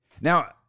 Now